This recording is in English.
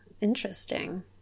Interesting